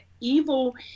evil